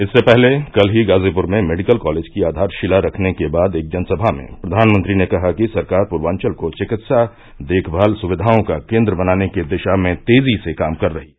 इससे पहले कल ही गाजीपुर में मेडिकल कॉलेज की आधारशिला रखने के बाद एक जनसभा में प्रधानमंत्री ने कहा कि सरकार पूर्वाचल को चिकित्सा देखभाल सुविधाओं का केन्द्र बनाने की दिशा में तेजी से काम कर रही है